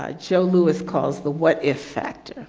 ah joe lewis calls the what effect?